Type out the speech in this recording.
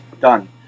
Done